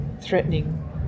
threatening